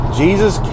jesus